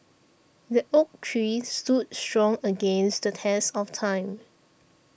the oak tree stood strong against the test of time